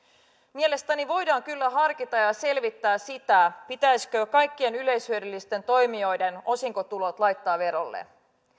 mielestäni voidaan kyllä harkita ja selvittää sitä pitäisikö kaikkien yleishyödyllisten toimijoiden osinkotulot laittaa verolle